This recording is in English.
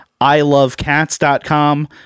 ilovecats.com